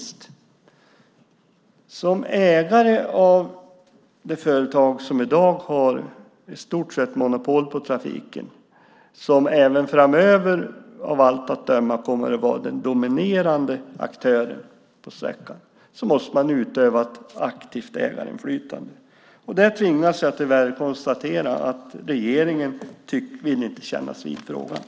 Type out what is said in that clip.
Som ägare av det företag som i dag i stort sett har monopol på trafiken och av allt att döma även framöver kommer att vara den dominerande aktören på sträckan måste man utöva ett aktivt ägarinflytande. Jag tvingas tyvärr konstatera att regeringen inte vill kännas vid frågan.